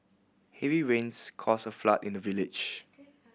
heavy rains caused a flood in the village